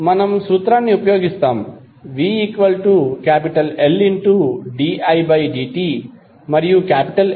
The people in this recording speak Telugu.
మనము ఆ సూత్రాన్ని ఉపయోగిస్తాము vLdidt and L0